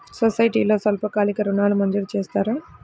సొసైటీలో స్వల్పకాలిక ఋణాలు మంజూరు చేస్తారా?